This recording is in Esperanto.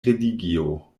religio